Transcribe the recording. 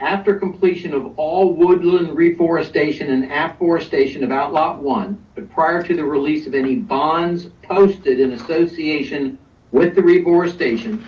after completion of all woodland reforestation and afforestation about lot one, but prior to the release of any bonds posted in association with the reforestation,